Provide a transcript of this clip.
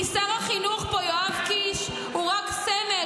כי שר החינוך פה, יואב קיש, הוא רק סמל.